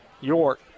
York